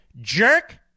jerk